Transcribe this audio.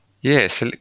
yes